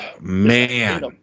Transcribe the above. man